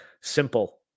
Simple